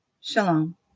Shalom